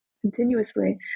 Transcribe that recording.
continuously